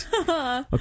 Okay